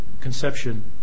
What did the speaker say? conception